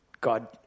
God